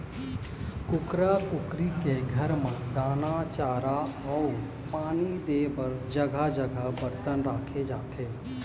कुकरा कुकरी के घर म दाना, चारा अउ पानी दे बर जघा जघा बरतन राखे जाथे